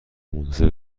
منتظر